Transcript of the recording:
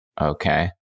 okay